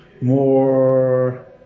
more